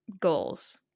goals